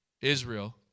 Israel